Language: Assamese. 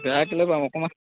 বেয়া কেলৈ পাম অকণমান